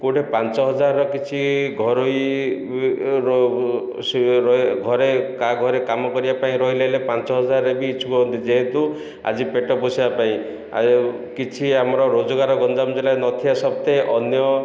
କେଉଁଠି ପାଞ୍ଚ ହଜାର କିଛି ଘରୋଇ ଘରେ କାହା ଘରେ କାମ କରିବା ପାଇଁ ରହିଲେ ହେଲେ ପାଞ୍ଚ ହଜାରେ ବି ଇଚ୍ଛୁକ ଅଛନ୍ତି ଯେହେତୁ ଆଜି ପେଟ ପୋଷିବା ପାଇଁ କିଛି ଆମର ରୋଜଗାର ଗଞ୍ଜାମ ଜିଲ୍ଲାରେ ନଥିବା ସତ୍ତ୍ୱେ ଅନ୍ୟ